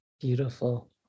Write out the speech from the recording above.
Beautiful